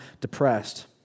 depressed